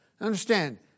Understand